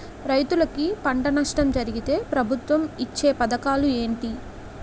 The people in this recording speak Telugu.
రైతులుకి పంట నష్టం జరిగితే ప్రభుత్వం ఇచ్చా పథకాలు ఏంటి?